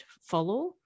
follow